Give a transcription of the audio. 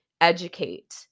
educate